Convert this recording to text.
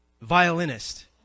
violinist